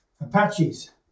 Apaches